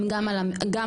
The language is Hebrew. הם גם על המוקד.